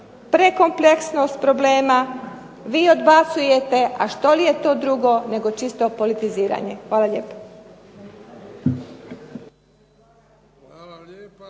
prekompleksnost problema. Vi odbacujete, a što li je to drugo nego čisto politiziranje. Hvala lijepo.